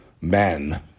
men